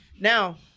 Now